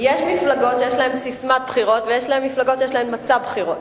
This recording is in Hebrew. יש מפלגות שיש להן ססמת בחירות ויש מפלגות שיש להן מצע בחירות.